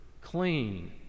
clean